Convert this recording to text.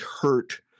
hurt